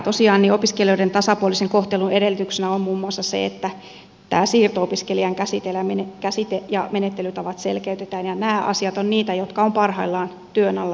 tosiaan opiskelijoiden tasapuolisen kohtelun edellytyksenä on muun muassa se että tämä siirto opiskelijan käsite ja menettelytavat selkeytetään ja nämä asiat ovat niitä jotka ovat parhaillaan työn alla ja mietinnässä